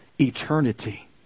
Eternity